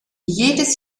jedes